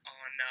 on